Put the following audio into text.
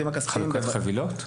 חלוקת חבילות?